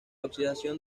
oxidación